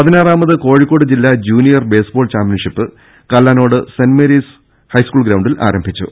പതിനാറാമത് കോഴിക്കോട് ജില്ലാ junior baseball championship Kallanode saint Mary's high school ഗ്രൌണ്ടിൽ ആരംഭിച്ചു